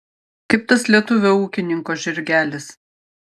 kaip tas lietuvio ūkininko žirgelis